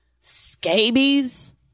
scabies